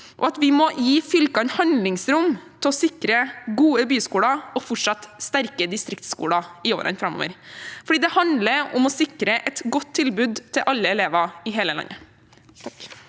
sin. Vi må gi fylkene handlingsrom til å sikre gode byskoler og fortsatt sterke distriktsskoler i årene framover. Det handler om å sikre et godt tilbud til alle elever i hele landet.